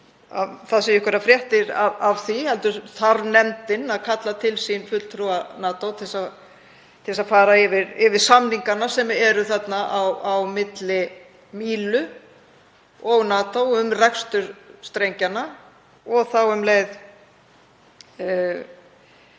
að einhverjar fréttir berist af því heldur þarf nefndin að kalla til sín fulltrúa NATO til að fara yfir samningana á milli Mílu og NATO um rekstur strengjanna og þá um leið